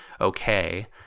okay